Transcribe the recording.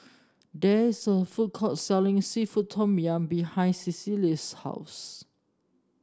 there is a food court selling seafood Tom Yum behind Cecily's house